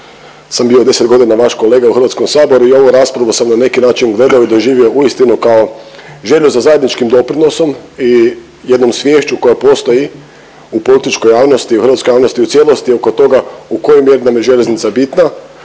sam bio 10.g. vaš kolega u HS i ovu raspravu sam na neki način gledao i doživio uistinu kao želju za zajedničkim doprinosom i jednom sviješću koja postoji u političkoj javnosti, u hrvatskoj javnosti u cijelosti oko toga u kojoj mjeri nam je željeznica bitna,